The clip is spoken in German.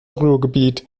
ruhrgebiet